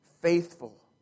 faithful